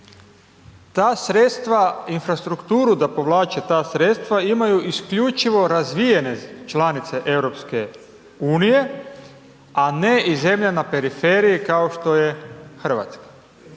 Ta sredstva, infrastrukturu da povlače ta sredstva imaju isključivo razvijene članice EU, a ne i zemlje na periferiji kao što je RH i onda